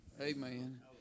Amen